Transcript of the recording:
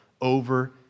over